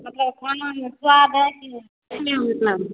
मतलब खाना में स्वाद है कि नहीं मतलब